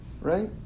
right